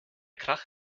krach